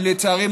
לצערי,